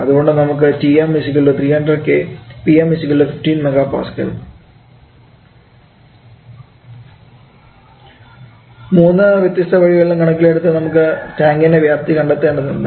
അതുകൊണ്ട് നമുക്ക് Tm 300 K Pm 15 MPa മൂന്ന് വ്യത്യസ്ത വഴികളും കണക്കിലെടുത്ത് നമുക്ക് ടാങ്കിൻറെ വ്യാപ്തി കണ്ടെത്തേണ്ടതുണ്ട്